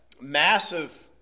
massive